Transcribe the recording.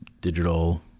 digital